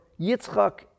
Yitzchak